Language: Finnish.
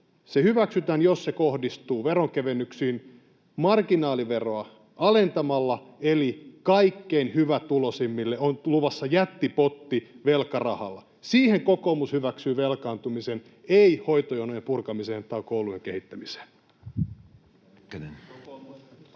erotuksella, että se kohdistuu veronkevennyksiin marginaaliveroa alentamalla, eli kaikkein hyvätuloisimmille on luvassa jättipotti velkarahalla. Siihen kokoomus hyväksyy velkaantumisen, ei hoitojonojen purkamiseen tai koulujen kehittämiseen.